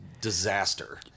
disaster